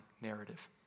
narrative